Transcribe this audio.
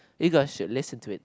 you guy should listen to it